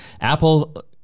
Apple